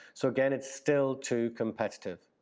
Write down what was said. so again, it's still too competitive.